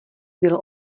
byl